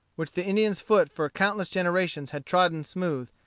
which the indian's foot for countless generations had trodden smooth,